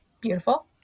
Beautiful